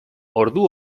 ordu